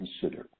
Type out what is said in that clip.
consider